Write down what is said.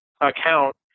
account